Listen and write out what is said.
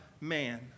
man